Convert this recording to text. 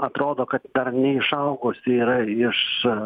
atrodo kad dar neišaugus yra iš